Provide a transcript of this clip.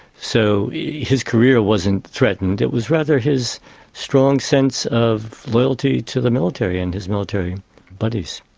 so his career wasn't threatened. it was rather his strong sense of loyalty to the military and his military buddies.